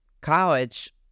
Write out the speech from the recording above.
college